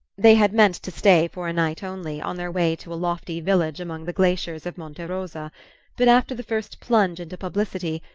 they had meant to stay for a night only, on their way to a lofty village among the glaciers of monte rosa but after the first plunge into publicity,